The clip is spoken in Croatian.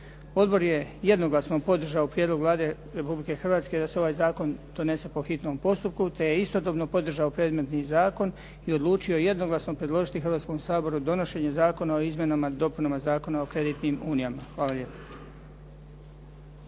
Odbor je jednoglasno podržao prijedlog Vlade Republike Hrvatske da se ovaj zakon donese po hitnom postupku te je istodobno podržao predmetni zakon i odlučio jednoglasno predložiti Hrvatskom saboru donošenje Zakona o izmjenama i dopunama Zakona o kreditnim unijama. Hvala lijepa.